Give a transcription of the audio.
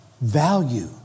value